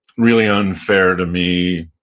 really unfair to me,